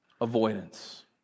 avoidance